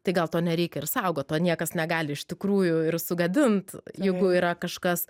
tai gal to nereikia ir saugot to niekas negali iš tikrųjų ir sugadint jeigu yra kažkas